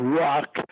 rock